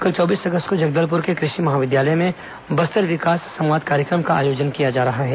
कल चौबीस अगस्त को जगदलपुर के कृषि महाविद्यालय में बस्तर विकास संवाद कार्यक्रम का आयोजन किया जा रहा है